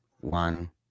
one